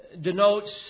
denotes